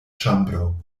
ĉambro